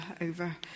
over